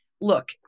look